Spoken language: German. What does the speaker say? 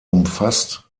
umfasst